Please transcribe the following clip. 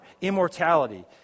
immortality